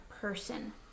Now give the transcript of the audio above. person